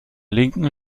linken